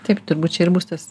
taip turbūt čia ir bus tas